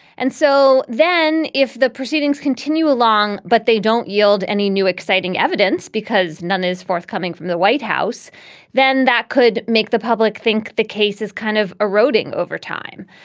and so then if the proceedings continue along but they don't yield any new exciting evidence because none is forthcoming from the white house then that could make the public think the case is kind of eroding over time.